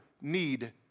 need